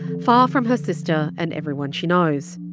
far from her sister and everyone she knows.